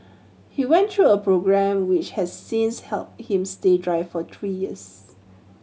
he went through a programme which has since helped him stay dry for three years